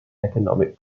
economic